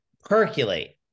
percolate